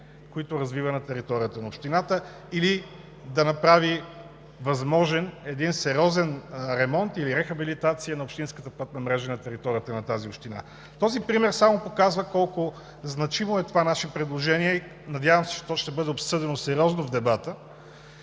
които развива на територията на общината, или да направи възможен един сериозен ремонт, или рехабилитация, на общинската пътна мрежа на територията на тази община. Този пример само показва колко значимо е това наше предложение. Надявам се, то ще бъде обсъдено сериозно в дебата.